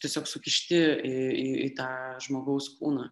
tiesiog sukišti į į į tą žmogaus kūną